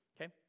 Okay